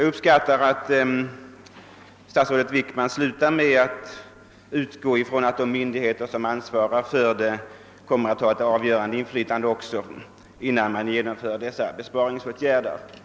Jag uppskattar att statsrådet Wickman slutar med att utgå ifrån att de ansvariga myndigheterna kommer att ha ett avgörande inflytande innan dessa besparingsåtgärder genomförs.